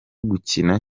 gukina